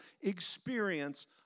experience